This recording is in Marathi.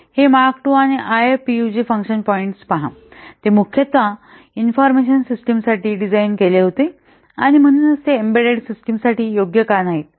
हे मार्क II आणि आयएफपीयूजी फंक्शन पॉईंट्स पहा ते मुख्यत इन्फॉर्मेशन सिस्टिम साठी डिझाइन केले होते आणि म्हणूनच ते एम्बेडेड सिस्टम साठी योग्य का नाहीत